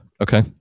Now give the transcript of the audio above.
Okay